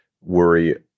worry